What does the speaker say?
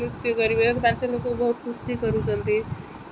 ଯେମିତି ଗୋଟେ ରଜ ଆସିଲା ଯେମିତି ଗୁଡ଼ିଏ ଲୋକ ତାକୁ ପାଳନ କରନ୍ତି